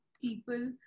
people